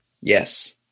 Yes